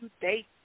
date